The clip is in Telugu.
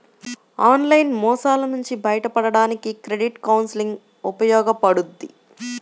ఆన్లైన్ మోసాల నుంచి బయటపడడానికి క్రెడిట్ కౌన్సిలింగ్ ఉపయోగపడుద్ది